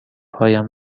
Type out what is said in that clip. هایم